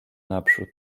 naprzód